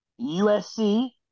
USC